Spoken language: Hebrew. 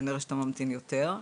כנראה שאתה ממתין יותר.